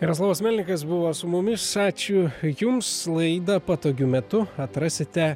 jaroslavas melnikas buvo su mumis ačiū jums laidą patogiu metu atrasite